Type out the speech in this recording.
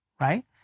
right